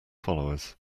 followers